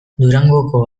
durangoko